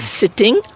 sitting